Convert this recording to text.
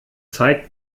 zeigt